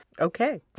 Okay